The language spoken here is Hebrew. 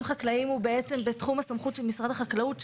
חקלאיים הוא למעשה בתחום הסמכות של משרד החקלאות,